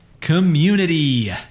Community